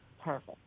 Perfect